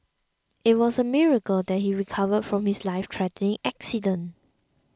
it was a miracle that he recovered from his lifethreatening accident